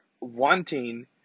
wanting